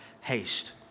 haste